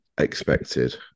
expected